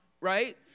right